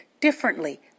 differently